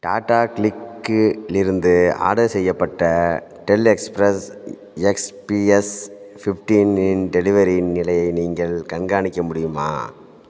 Tata Cliq இலிருந்து order செய்யப்பட்ட Dell express X P S fifteen இன் டெலிவரி நிலையை நீங்கள் கண்காணிக்க முடியுமா